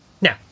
Now